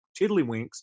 tiddlywinks